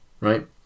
right